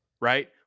right